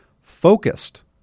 focused